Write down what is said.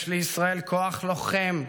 יש לישראל כוח לוחם,